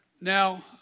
Now